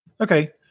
Okay